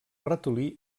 ratolí